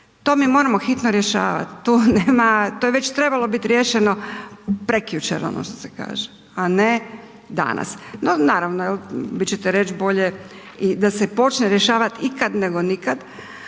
to mi moramo hitno rješavati, tu nema, to je već trebalo biti riješeno prekjučer ono što se kaže, a ne danas. No naravno, vi ćete reći da je bolje da se počne rješavat ikad nego nikad